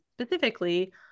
specifically